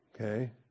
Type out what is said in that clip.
okay